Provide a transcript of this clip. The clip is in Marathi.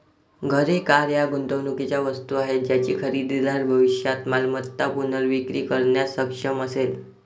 घरे, कार या गुंतवणुकीच्या वस्तू आहेत ज्याची खरेदीदार भविष्यात मालमत्ता पुनर्विक्री करण्यास सक्षम असेल